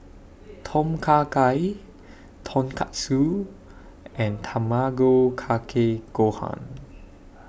Tom Kha Gai Tonkatsu and Tamago Kake Gohan